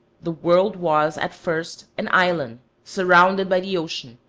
the world was at first an island surrounded by the ocean,